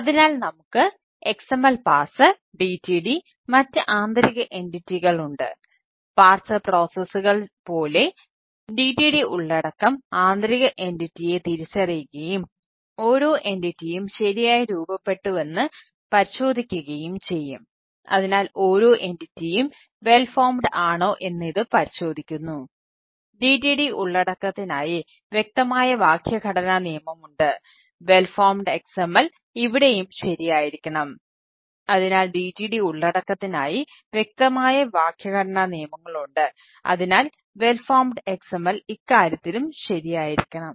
അതിനാൽ നമുക്ക് XML parser XML ഇക്കാര്യത്തിലും ശരിയായിരിക്കണം